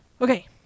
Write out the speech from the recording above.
Okay